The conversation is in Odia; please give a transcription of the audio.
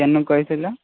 କେନ କହିଥିଲ